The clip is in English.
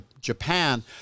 Japan